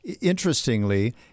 Interestingly